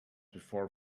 before